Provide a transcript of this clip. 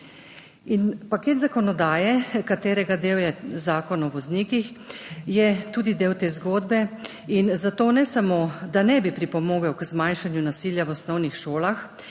Paket zakonodaje, katere del je Zakon o voznikih, je tudi del te zgodbe in zato ne samo, da ne bi pripomogel k zmanjšanju nasilja v osnovnih šolah,